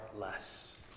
less